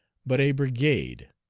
but a brigade